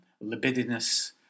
libidinous